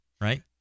right